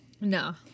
No